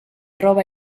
roba